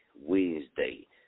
Wednesday